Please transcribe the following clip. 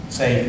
say